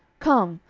come,